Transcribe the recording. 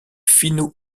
finno